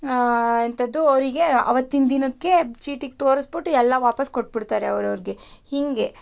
ಎಂಥದ್ದು ಅವರಿಗೆ ಆವತ್ತಿನ ದಿನಕ್ಕೆ ಚೀಟಿಗೆ ತೋರಿಸ್ಬಿಟ್ಟು ಎಲ್ಲ ವಾಪಸ್ಸು ಕೊಟ್ಬಿಡ್ತಾರೆ ಅವರು ಅವ್ರಿಗೆ ಹೀಗೆ